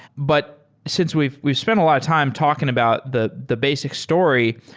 but since we've we've spent a lot of time talking about the the basic story,